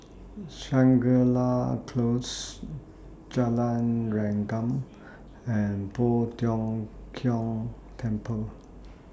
Shangri La Close Jalan Rengkam and Poh Tiong Kiong Temple